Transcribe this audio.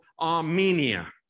Armenia